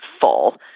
full